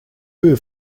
höhe